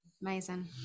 Amazing